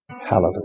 Hallelujah